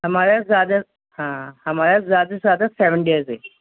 ہمارا زیادہ ہاں ہمارا زیادہ سے زیادہ سیون ڈیز ہے